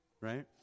right